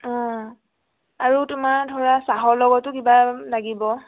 অঁ আৰু তোমাৰ ধৰা চাহৰ লগতো কিবা লাগিব